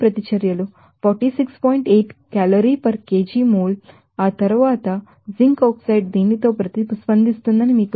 8 kilo calorie per kg mole మరియు తరువాత ఈ జింక్ ఆక్సైడ్ దీనితో ప్రతిస్పందిస్తుందని మీకు తెలుసు